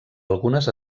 algunes